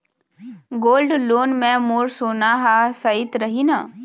Gold loan मे मोर सोना हा सइत रही न?